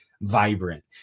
vibrant